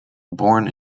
born